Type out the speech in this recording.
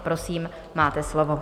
Prosím, máte slovo.